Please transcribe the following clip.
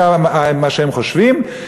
זה מה שהם חושבים,